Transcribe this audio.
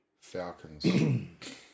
Falcons